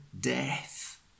death